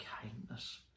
kindness